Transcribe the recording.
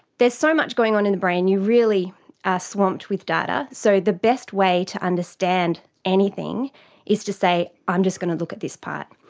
there's so much going on in the brain, you really are ah swamped with data. so the best way to understand anything is to say i'm just going to look at this part.